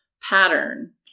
pattern